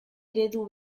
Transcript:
eredu